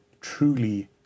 truly